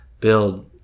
build